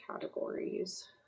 categories